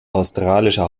australische